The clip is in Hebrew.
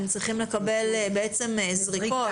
הם צריכים לקבל זריקות?